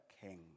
king